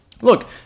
look